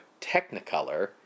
Technicolor